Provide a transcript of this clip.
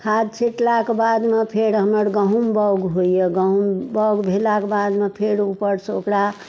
खाद छीटलाके बादमे फेर हमर गहुम बाओग होइए गहुम बाओग भेलाक बादमे फेर ऊपरसँ ओकरा